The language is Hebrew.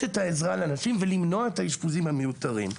עזרה לאנשים ולמנוע את האשפוזים המיותרים.